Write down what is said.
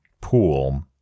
pool